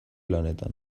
lanetan